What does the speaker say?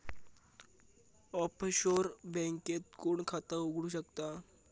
Offshore बँकेत कोण खाता उघडु शकता?